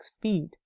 feet